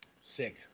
Sick